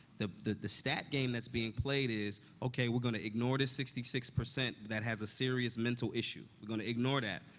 the the the stat game that's being played is, okay, we're gonna ignore this sixty six percent that has a serious mental issue. we're gonna ignore that.